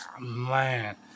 man